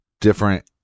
different